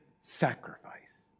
sacrifice